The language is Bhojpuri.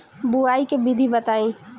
बुआई के विधि बताई?